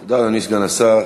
תודה, אדוני סגן השר.